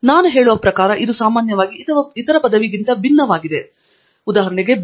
ತಂಗಿರಾಲಾ ನಾನು ಹೇಳುವ ಪ್ರಕಾರ ಇದು ಸಾಮಾನ್ಯವಾಗಿ ಇತರ ಪದವಿಗಿಂತ ಭಿನ್ನವಾಗಿದೆ ಅದು ಬಿ